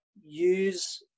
use